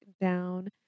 down